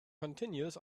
continues